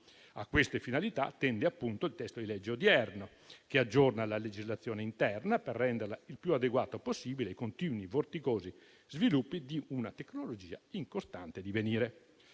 A queste finalità tende appunto il testo di legge odierno, che aggiorna la legislazione interna per renderla il più adeguata possibile ai continui vorticosi sviluppi di una tecnologia in costante divenire.